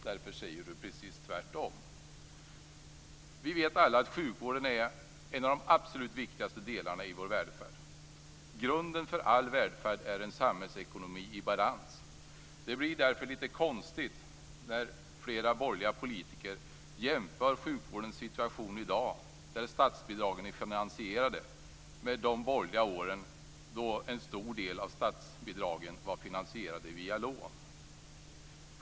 Därför säger han precis tvärtom. Vi vet alla att sjukvården är en av de absolut viktigaste delarna i vår välfärd. Grunden för all välfärd är en samhällsekonomi i balans. Det blir därför lite konstigt när flera borgerliga politiker jämför sjukvårdens situation i dag, då statsbidragen är finansierade, med de borgerliga åren då en stor del av statsbidragen var finansierade via lån.